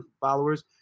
followers